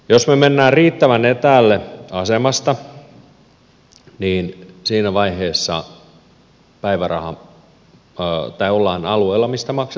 jos mennään riittävän etäälle asemasta niin siinä vaiheessa ollaan alueella mistä maksetaan päivärahat